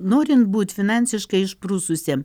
norint būt finansiškai išprususiem